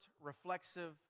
reflexive